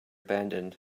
abandoned